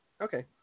Okay